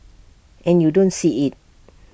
and you don't see IT